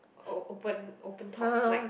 o~ open open top like